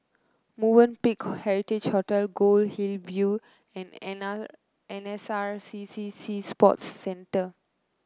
Movenpick Heritage Hotel Goldhill View